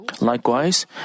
Likewise